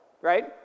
right